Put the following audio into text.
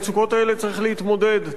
צריך לתת שם מענה אמיתי,